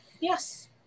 Yes